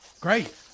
great